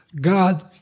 God